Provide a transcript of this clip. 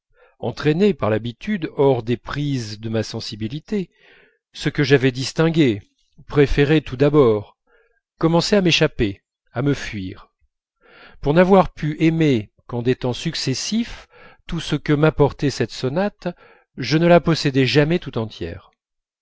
entraîné par l'habitude hors des prises de ma sensibilité ce que j'avais distingué préféré tout d'abord commençait à m'échapper à me fuir pour n'avoir pu aimer qu'en des temps successifs tout ce que m'apportait cette sonate je ne la possédai jamais tout entière